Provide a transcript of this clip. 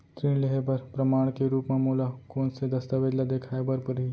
ऋण लिहे बर प्रमाण के रूप मा मोला कोन से दस्तावेज ला देखाय बर परही?